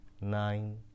nine